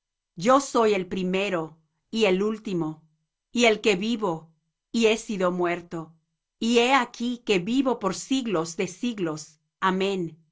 yo soy el primero y el último y el que vivo y he sido muerto y he aquí que vivo por siglos de siglos amén